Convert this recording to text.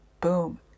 boom